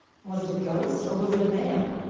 was it a ghost, or was it a man?